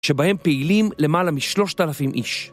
שבהם פעילים למעלה משלושת אלפים איש.